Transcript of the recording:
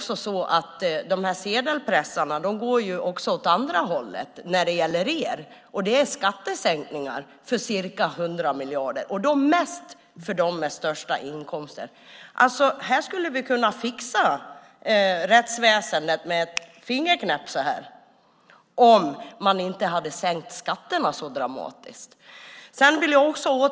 Sedelpressarna går ju också åt andra hållet när det gäller er. Det handlar om skattesänkningar med ca 100 miljarder, mest för dem med de högsta inkomsterna. Vi skulle kunna fixa rättsväsendet med ett fingerknäpp om man inte hade sänkt skatterna så dramatiskt.